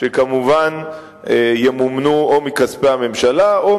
שכמובן ימומנו או מכספי הממשלה או